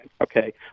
okay